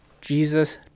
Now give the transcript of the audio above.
Jesus